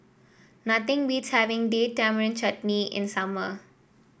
nothing beats having Date Tamarind Chutney in summer